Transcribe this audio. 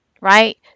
right